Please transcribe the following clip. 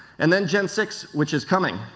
and then n six which is coming,